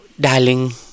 darling